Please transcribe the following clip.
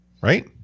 right